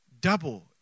Double